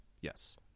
yes